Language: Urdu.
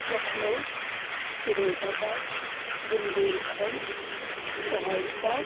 Lucknow Firozabad Bundelkhand Saharsa